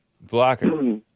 blocker